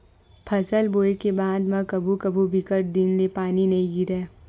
फसल बोये के बाद म कभू कभू बिकट दिन ले पानी नइ गिरय